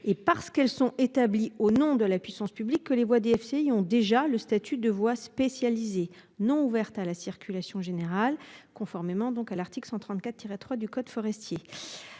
et parce qu'elles sont établies au nom de la puissance publique que les voix DFCI ont déjà le statut de voix spécialisée non ouverte à la Syrie. Population générale conformément donc à l'article 134 tiret 3 du code forestier.